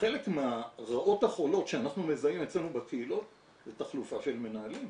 חלק מהרעות החולות שאנחנו מזהים אצלנו בקהילות זה תחלופה של מנהלים.